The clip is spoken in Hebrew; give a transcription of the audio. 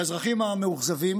לאזרחים המאוכזבים,